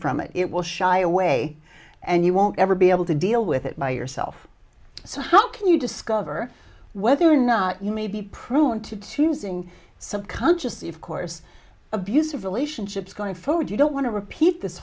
from it it will shy away and you won't ever be able to deal with it by yourself so how can you discover whether or not you may be prone to to zing subconsciously of course abusive relationships going forward you don't want to repeat this